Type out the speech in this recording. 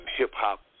hip-hop